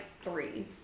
three